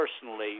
personally